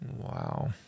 Wow